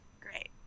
Great